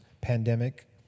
pandemic